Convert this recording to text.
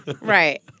Right